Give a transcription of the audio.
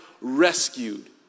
rescued